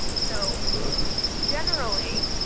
so generally,